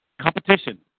competition